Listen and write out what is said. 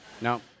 No